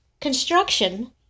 Construction